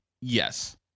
Yes